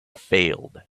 failed